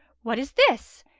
what is this?